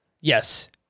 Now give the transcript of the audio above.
Yes